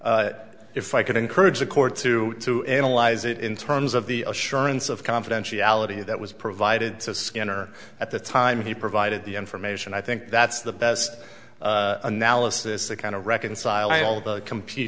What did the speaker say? think if i could encourage the court to to analyze it in terms of the assurance of confidentiality that was provided to skinner at the time he provided the information i think that's the best analysis to kind of reconcile compete